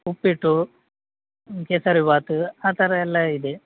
ಉಪ್ಪಿಟ್ಟು ಕೇಸರಿ ಬಾತು ಆ ಥರ ಎಲ್ಲ ಇದೆ